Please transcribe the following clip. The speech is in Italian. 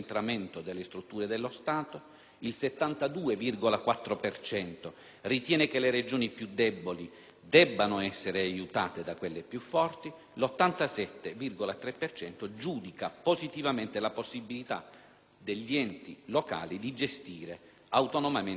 per cento ritiene che le Regioni più deboli debbano essere aiutate da quelle più forti e l'87,3 per cento giudica positivamente la possibilità degli enti locali di gestire autonomamente le risorse del proprio territorio.